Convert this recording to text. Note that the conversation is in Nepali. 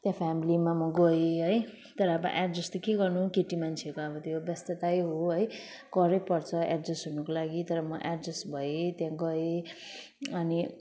त्यहाँ फ्यामिलीमा म गएँ है तर अब एड्जस्ट त के गर्नु केटी मान्छेको अब त्यो व्यस्ततै हो है करै पर्छ एड्जस्ट हुनुको लागि तर म एड्जस्ट भएँ त्यहाँ गएँ अनि